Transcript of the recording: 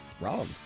Wrong